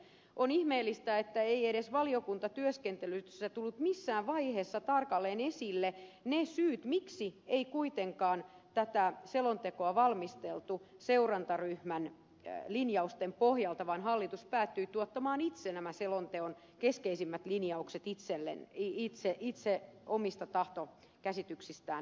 on ihmeellistä että eivät edes valiokuntatyöskentelyssä tulleet missään vaiheessa tarkalleen esille ne syyt miksi ei kuitenkaan tätä selontekoa valmisteltu seurantaryhmän linjausten pohjalta vaan hallitus päätyi tuottamaan itse nämä selonteon keskeisimmät linjaukset omista tahtokäsityksistään lähtien